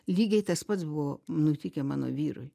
lygiai tas pats buvo nutikę mano vyrui